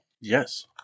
Yes